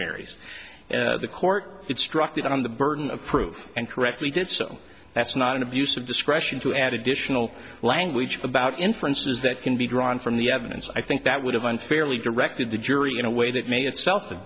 mary's and the court it struck on the burden of proof and correctly did so that's not an abuse of discretion to add additional language about inferences that can be drawn from the evidence i think that would have unfairly directed the jury in a way that may itself